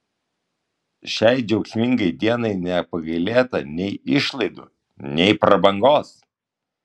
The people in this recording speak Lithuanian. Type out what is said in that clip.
šiai džiaugsmingai dienai nepagailėta nei išlaidų nei prabangos